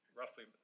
roughly